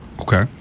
Okay